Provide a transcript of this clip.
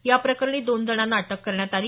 याप्रकरणी दोन जणांना अटक करण्यात आली